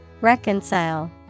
Reconcile